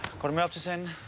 call themselves and